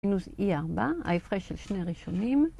‫מינוס E4, ההפרש של שני ראשונים.